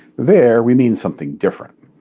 there, we mean something different.